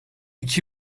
iki